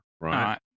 right